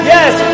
Yes